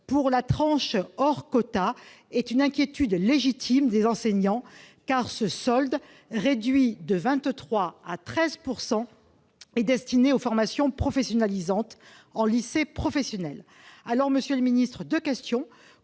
pour la tranche « hors quota » est une inquiétude légitime des enseignants, car ce solde, réduit de 23 % à 13 %, est destiné aux formations professionnalisantes en lycées professionnels. Monsieur le ministre, comment